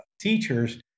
teachers